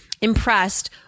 impressed